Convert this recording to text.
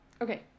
Okay